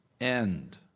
end